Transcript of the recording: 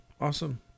Awesome